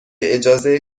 اجازه